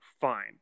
fine